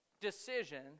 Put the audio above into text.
decision